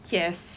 yes